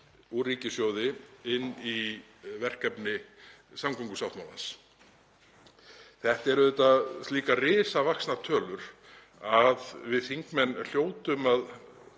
úr ríkissjóði inn í verkefni samgöngusáttmálans. Þetta eru auðvitað slíkar risavaxnar tölur að við þingmenn hljótum að